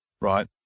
right